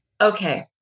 okay